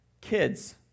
kids